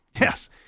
Yes